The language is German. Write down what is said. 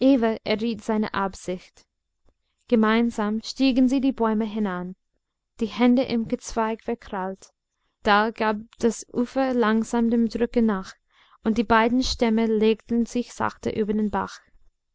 seine absicht gemeinsam stiegen sie die bäume hinan die hände im gezweig verkrallt da gab das ufer langsam dem drucke nach und die beiden stämme legten sich sachte über den bach